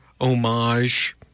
homage